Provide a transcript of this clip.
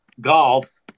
golf